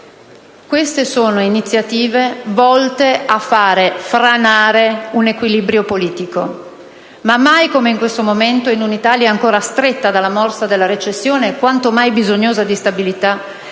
Queste sono iniziative volte a fare franare un equilibrio politico. Ma mai come in questo momento, in un'Italia ancora stretta dalla morsa della recessione e quanto mai bisognosa di stabilità,